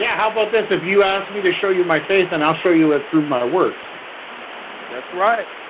yeah how about this if you asked me to show you my face and i'll show you let through my works that's right.